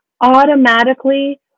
automatically